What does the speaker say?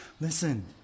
Listen